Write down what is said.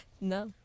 No